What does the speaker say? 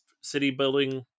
city-building